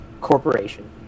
Corporation